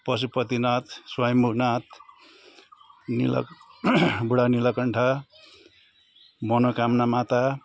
Pashupatinath Swayambhunath Nil Budhanilkantha Manokamana Mata